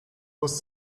was